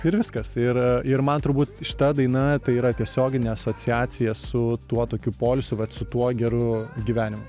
ir viskas ir ir man turbūt šita daina tai yra tiesioginė asociacija su tuo tokiu poilsiu vat su tuo geru gyvenimu